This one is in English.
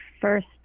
first